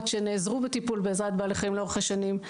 שנעזרו בטיפול בעזרת בעלי חיים לאורך השנים,